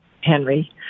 Henry